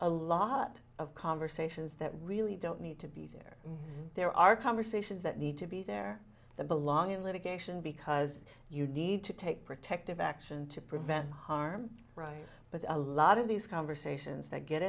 a lot of conversations that really don't need to be there there are conversations that need to be there the belong in litigation because you need to take protective action to prevent harm but a lot of these conversations that get